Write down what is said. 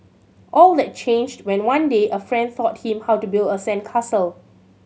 all that changed when one day a friend taught him how to build a sandcastle